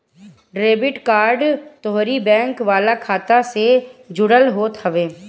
debit card तोहरी bank वाला खाता से जुड़ल होत हवे